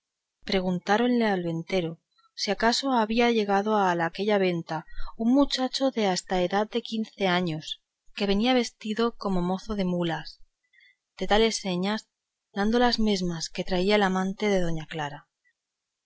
juicio preguntáronle al ventero si acaso había llegado a aquella venta un muchacho de hasta edad de quince años que venía vestido como mozo de mulas de tales y tales señas dando las mesmas que traía el amante de doña clara